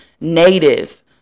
native